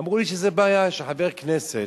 אמרו לי שזה בעיה שחבר כנסת